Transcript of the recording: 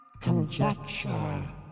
Conjecture